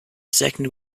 second